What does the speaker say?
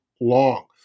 long